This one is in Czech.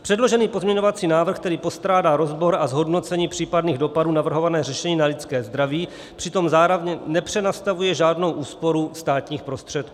Předložený pozměňovací návrh, který postrádá rozbor a zhodnocení případných dopadů navrhovaného řešení na lidské zdraví, přitom zároveň nepřenastavuje žádnou úsporu státních prostředků.